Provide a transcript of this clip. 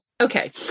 Okay